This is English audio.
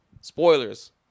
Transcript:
spoilers